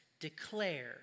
declare